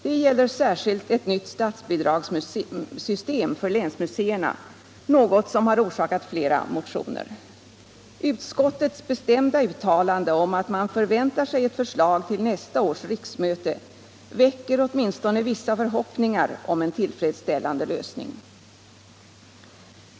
Det gäller särskilt ett nytt statsbidragssystem för länsmuseerna, något som har orsakat flera motioner. Utskottets bestämda uttalande om att man förväntar sig ett förslag till nästa års riksmöte väcker åtminstone vissa förhoppningar om en tillfredsställande lösning.